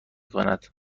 کند